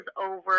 over –